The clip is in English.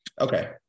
Okay